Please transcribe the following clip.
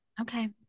Okay